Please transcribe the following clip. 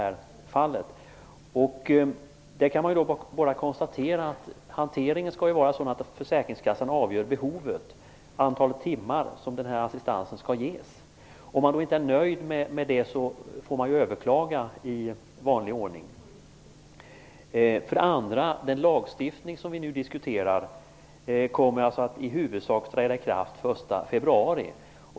Man kan bara konstatera att försäkringskassan skall avgöra behovet, hur många timmar som den här assistansen skall ges. Om man inte är nöjd får man överklaga i vanlig ordning. Den lagstiftning som vi nu diskuterar kommer i huvudsak att träda i kraft den 1 februari.